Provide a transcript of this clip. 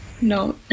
no